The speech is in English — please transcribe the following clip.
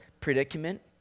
predicament